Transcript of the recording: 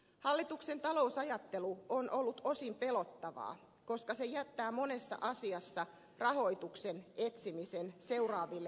hallituksen talousajattelu on ollut osin pelottavaa koska se jättää monessa asiassa rahoituksen etsimisen seuraaville hallituksille